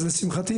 אז לשמחתי,